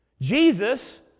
Jesus